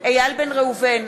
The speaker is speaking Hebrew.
איל בן ראובן,